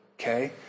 Okay